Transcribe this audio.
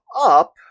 up